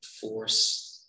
force